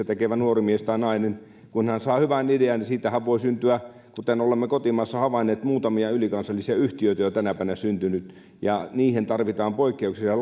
tekevä nuori mies tai nainen saa hyvän idean niin siitähän voi syntyä kuten olemme kotimaassa havainneet muutamia ylikansallisia yhtiöitä on tänä päivänä syntynyt ja niihin tarvitaan poikkeuksellisia